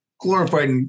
glorified